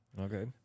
Okay